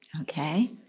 Okay